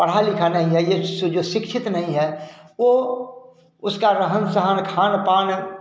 पढ़ा लिखा नहीं है यो से जो शिक्षित नहीं है वो उसका रहन सहन खान पान